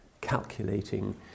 calculating